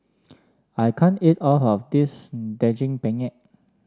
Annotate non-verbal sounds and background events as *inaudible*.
I can't eat all of this *hesitation* Daging Penyet